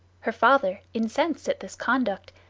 her father, incensed at this conduct,